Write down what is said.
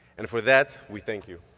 and for that, we thank you.